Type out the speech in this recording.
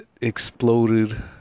exploded